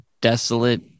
desolate